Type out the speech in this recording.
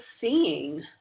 seeing